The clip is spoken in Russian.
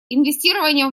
инвестирование